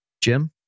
Jim